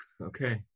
Okay